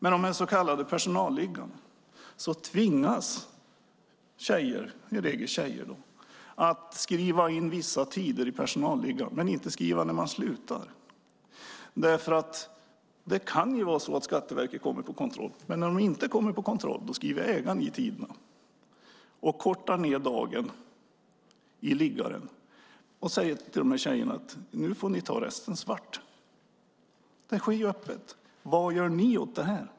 I den så kallade personalliggaren tvingas frisörerna, oftast tjejer, att skriva in vissa tider men inte sluttid, för Skattemyndigheten kanske kommer på kontroll. Kommer Skattemyndigheten inte på kontroll skriver ägaren dit tiderna, kortar ned dagen i liggaren och säger till tjejerna att de får ta resten svart. Det sker öppet. Vad gör ni åt det?